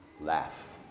laugh